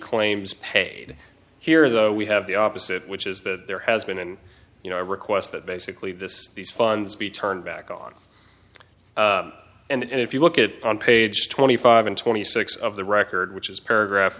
claims paid here though we have the opposite which is that there has been and you know a request that basically this these funds be turned back on and if you look at it on page twenty five and twenty six of the record which is paragraph